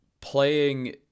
playing